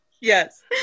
yes